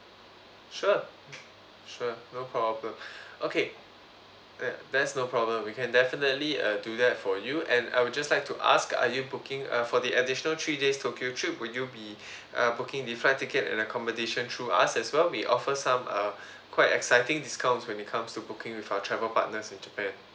sure sure no problem okay that that's no problem we can definitely uh do that for you and I would just like to ask are you booking uh for the additional three days tokyo trip would you be uh booking the flight ticket and accommodation through us as well we offer some uh quite exciting discounts when it comes to booking with our travel partners in japan